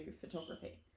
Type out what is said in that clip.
photography